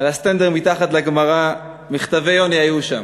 על הסטנדר, מתחת לגמרא, "מכתבי יוני" היו שם,